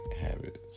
Habits